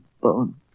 bones